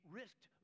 risked